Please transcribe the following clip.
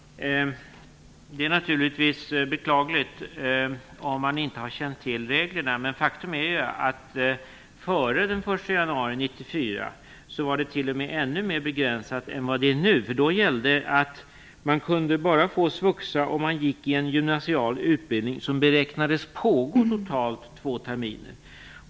Fru talman! Det är naturligtvis beklagligt om man inte har känt till reglerna, men faktum är att det före den 1 januari 1994 var ännu mera begränsat än nu. Då gällde att man kunde få SVUXA bara om man gick i en gymnasial utbildning som beräknades pågå totalt två terminer.